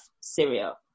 Syria